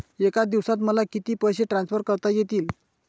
एका दिवसात मला किती पैसे ट्रान्सफर करता येतील?